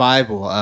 Bible